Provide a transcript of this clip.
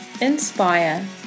inspire